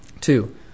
Two